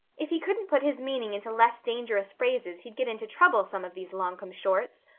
if he couldn't put his meaning into less dangerous phrases he'd get into trouble some of these long-come-shorts.